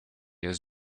his